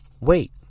wait